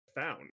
found